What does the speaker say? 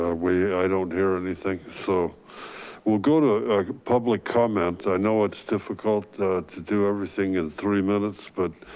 ah we, i don't hear anything, so we'll go to public comments. i know it's difficult to do everything in three minutes, but